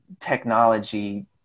technology